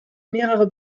mehrere